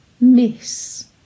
miss